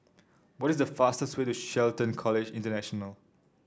what is the fastest way to Shelton College International